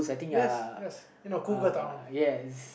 yes yes you know cougar town